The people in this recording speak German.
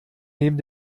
neben